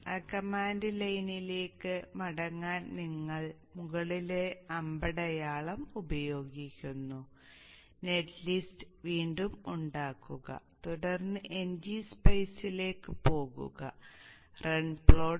ആ കമാൻഡ് ലൈനിലേക്ക് മടങ്ങാൻ നിങ്ങൾ മുകളിലെ അമ്പടയാളം ഉപയോഗിക്കുന്നു നെറ്റ് ലിസ്റ്റ് വീണ്ടും ഉണ്ടാക്കുക തുടർന്ന് ngSpice ലേക്ക് പോകുക റൺ പ്ലോട്ട്